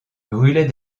bruley